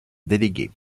délégué